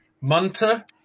Munter